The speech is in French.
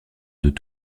deux